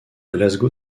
glasgow